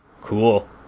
Cool